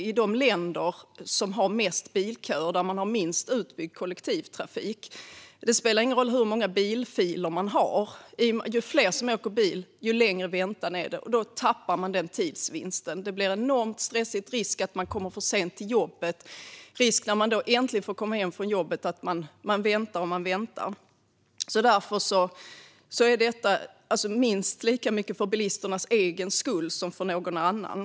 I de länder som har mest bilköer och där man har minst utbyggd kollektivtrafik spelar det ingen roll hur många bilfiler man har, utan ju fler som åker bil, desto längre väntan blir det. Det blir enormt stressigt. Det är risk att människor kommer för sent till jobbet, och när de äntligen får åka hem från jobbet är det risk att de får vänta och vänta. Därför är detta minst lika mycket för bilisternas egen skull som för någon annan.